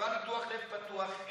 עברה ניתוח לב פתוח,